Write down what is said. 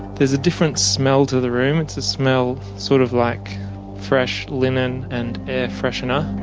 there's a different smell to the room, it's the smell sort of like fresh linen and air freshener.